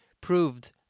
proved